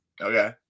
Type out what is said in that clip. Okay